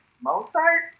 Mozart